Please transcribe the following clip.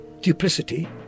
duplicity